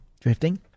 drifting